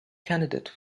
candidate